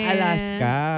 Alaska